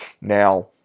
Now